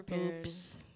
oops